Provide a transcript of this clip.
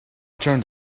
turned